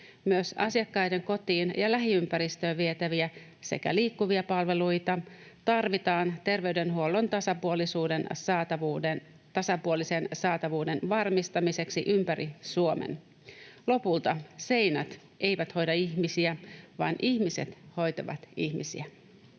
Myös asiakkaiden kotiin ja lähiympäristöön vietäviä sekä liikkuvia palveluja tarvitaan terveydenhuollon tasapuolisen saatavuuden varmistamiseksi ympäri Suomen. Lopulta seinät eivät hoida ihmisiä, vaan ihmisiä hoitavat ihmisiä.